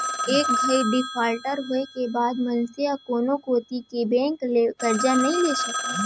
एक घइत डिफाल्टर होए के बाद मनसे ह कोनो कोती के बेंक ले करजा नइ ले सकय